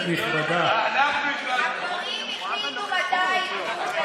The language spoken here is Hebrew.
הגברים החליטו מתי החוף שלהם.